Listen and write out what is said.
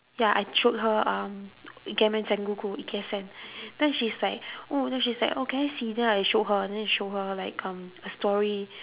ya I showed her um ikemen sengoku ikesen then she's like oh then she's like oh can I see then I showed her then I showed her like um a story